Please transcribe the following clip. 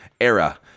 era